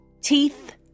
Teeth